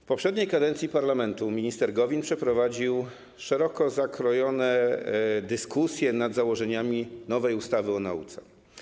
W poprzedniej kadencji parlamentu minister Gowin przeprowadził szeroko zakrojone dyskusje nad założeniami nowej ustawy o nauce.